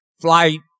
flight